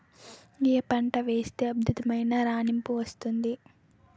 ఏ పంట వేస్తే అద్భుతమైన రాణింపు వస్తుంది?